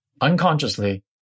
Unconsciously